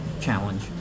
challenge